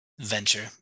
venture